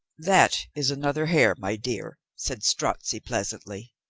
that is another hare, my dear, said strozzi pleasantly.